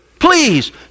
Please